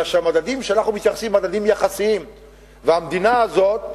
אלא שהמדדים שאנחנו מתייחסים אליהם הם מדדים יחסיים והמדינה הזאת,